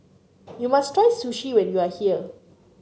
you must try Sushi when you are here